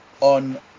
on